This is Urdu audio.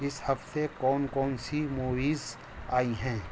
اس ہفتے کون کون سی موویز آئی ہیں